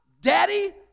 daddy